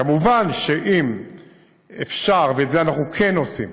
כמובן שאם אפשר, ואת זה אנחנו כן עושים,